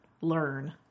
learn